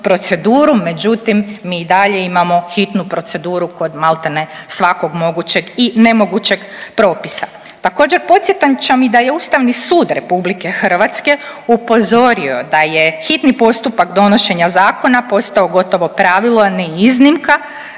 međutim, mi i dalje imamo hitnu proceduru kod maltene svakog mogućeg i nemogućeg propisa. Također, podsjećam i da je Ustavni sud RH upozorio da je hitni postupak donošenja zakona postao gotovo pravilo, a ne iznimka,